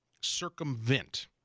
circumvent